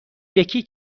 یکی